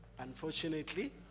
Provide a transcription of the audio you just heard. unfortunately